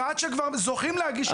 ועד שכבר זוכים להגיש כתבי אישום,